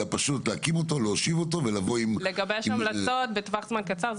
אלא להושיב אותו ו --- הכוונה הייתה לגבש המלצות בתוך זמן קצר.